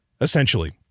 Essentially